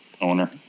owner